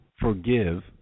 forgive